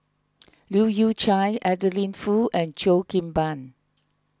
Leu Yew Chye Adeline Foo and Cheo Kim Ban